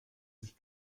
sich